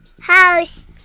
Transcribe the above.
House